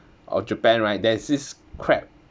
of japan right there's this crab